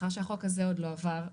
מאחר שהחוק הזה עוד לא עבר,